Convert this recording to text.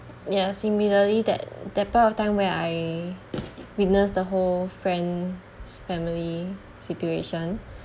ya similarly that that point of time where I witnessed the whole friend's family situation